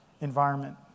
environment